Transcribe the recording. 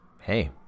Hey